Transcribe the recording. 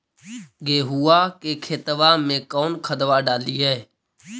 गेहुआ के खेतवा में कौन खदबा डालिए?